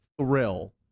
thrill